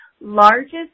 largest